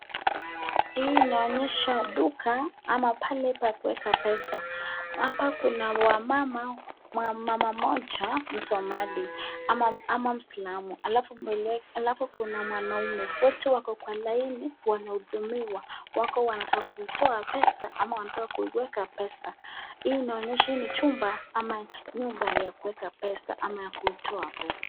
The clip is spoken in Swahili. Hii inaonyesha duka ama pale pa kuweka pesa, hapa kuna mama mmoja msomali ama muislamu alafu kuna mwanaume. Wote wako kwa laini wana hudumiwa, wako wanataka kutoa pesa au wanataka kuweka pesa. Hii inaonyesha ni chumba au nyumba ya kuweka pesa au kotoa pesa.